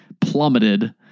plummeted